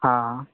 हँ